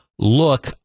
look